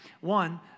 One